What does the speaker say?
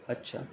اچھا